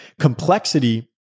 complexity